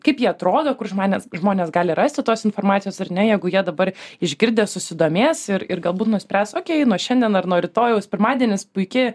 kaip ji atrodo kur žmonės žmonės gali rasti tos informacijos ar ne jeigu jie dabar išgirdę susidomės ir ir galbūt nuspręs okėj nuo šiandien ar nuo rytojaus pirmadienis puiki